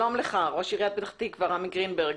שלום לך ראש עיריית פתח תקווה, רמי גרינברג.